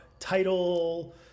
title